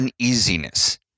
uneasiness